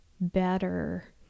better